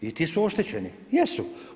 I ti su oštećeni, jesu.